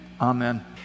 Amen